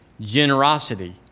generosity